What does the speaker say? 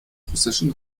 russischen